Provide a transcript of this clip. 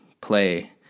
play